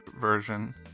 version